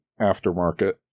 aftermarket